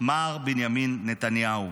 מר בנימין נתניהו.